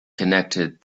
connected